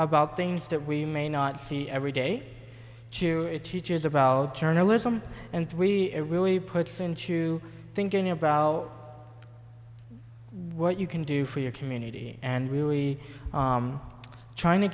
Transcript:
about things that we may not see every day too it teaches about journalism and three it really puts into thinking about what you can do for your community and really trying to